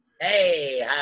Hey